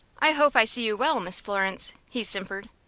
i hope i see you well, miss florence, he simpered.